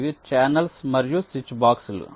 ఇవి ఛానెల్స్ మరియు స్విచ్ బాక్స్లు